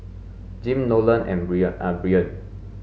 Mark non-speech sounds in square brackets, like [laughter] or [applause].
Jim Nolen and [unintelligible] and Byron